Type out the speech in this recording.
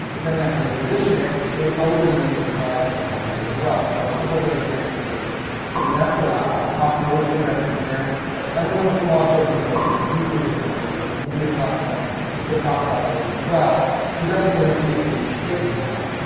depending on how you position it, they probably know you can provide other value as well. so a couple good examples here but vanessa lau talks mostly about instagram, but every once in a while, she'll jump over to youtube or some other social media platform and she'll talk about those as well and she doesn't really see a huge hit from that.